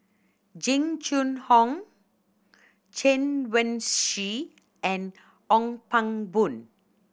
Jing Jun Hong Chen Wen Hsi and Ong Pang Boon